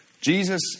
Jesus